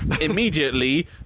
Immediately